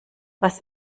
was